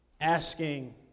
asking